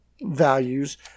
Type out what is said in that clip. values